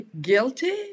guilty